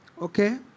okay